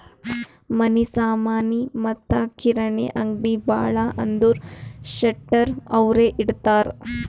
ಮನಿ ಸಾಮನಿ ಮತ್ತ ಕಿರಾಣಿ ಅಂಗ್ಡಿ ಭಾಳ ಅಂದುರ್ ಶೆಟ್ಟರ್ ಅವ್ರೆ ಇಡ್ತಾರ್